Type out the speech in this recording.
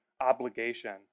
obligation